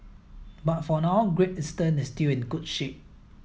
but for now Great Eastern is still in good shape